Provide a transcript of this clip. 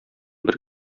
бер